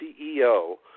CEO